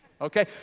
Okay